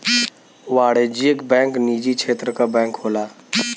वाणिज्यिक बैंक निजी क्षेत्र क बैंक होला